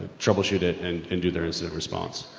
troubleshoot it and and do the incident response.